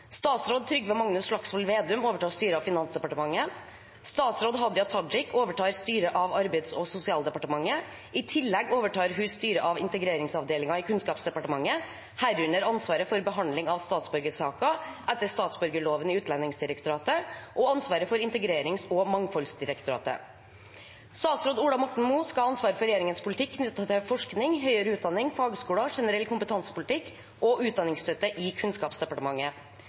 Statsråd Trygve Magnus Slagsvold Vedum overtar styret av Finansdepartementet. Statsråd Hadia Tajik overtar styret av Arbeids- og sosialdepartementet. I tillegg overtar hun styret av Integreringsavdelingen i Kunnskapsdepartementet, herunder ansvaret for behandlingen av statsborgersaker etter statsborgerloven i Utlendingsdirektoratet, og ansvaret for Integrerings- og mangfoldsdirektoratet. Statsråd Ola Borten Moe skal ha ansvaret for regjeringens politikk knyttet til forskning, høyere utdanning, fagskoler, generell kompetansepolitikk og utdanningsstøtte i Kunnskapsdepartementet.